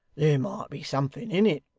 there might be something in it